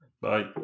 Bye